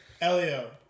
Elio